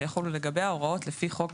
ויחולו לגביה ההוראות לפי חוק